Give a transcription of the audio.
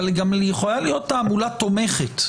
היא גם יכולה להיות תעמולה תומכת.